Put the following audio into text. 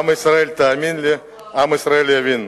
עם ישראל, תאמין לי, עם ישראל יבין.